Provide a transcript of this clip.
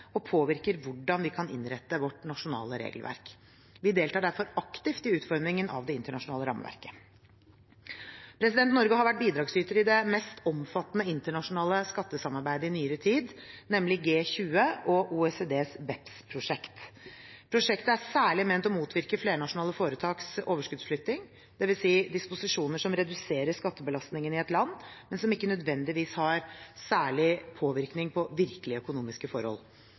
og FN og påvirker hvordan vi kan innrette vårt nasjonale regelverk. Vi deltar derfor aktivt i utformingen av det internasjonale rammeverket. Norge har vært bidragsyter i det mest omfattende internasjonale skattesamarbeidet i nyere tid, nemlig G20 og OECDs BEPS-prosjekt. Prosjektet er særlig ment å motvirke flernasjonale foretaks overskuddsflytting, dvs. disposisjoner som reduserer skattebelastningen i et land, men som ikke nødvendigvis har særlig påvirkning på virkelige økonomiske forhold.